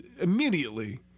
immediately